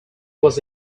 was